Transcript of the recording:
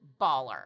baller